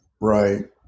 Right